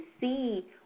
see